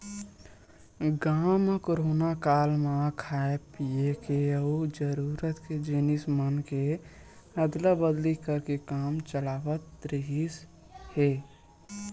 गाँव म कोरोना काल म खाय पिए के अउ जरूरत के जिनिस मन के अदला बदली करके काम चलावत रिहिस हे